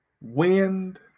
wind